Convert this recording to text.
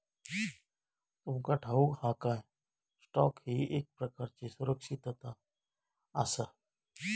तुमका ठाऊक हा काय, स्टॉक ही एक प्रकारची सुरक्षितता आसा?